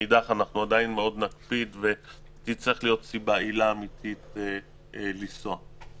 מאידך אנחנו עדיין מאוד נקפיד ותצטרך להיות עילה אמיתית לכל נסיעה.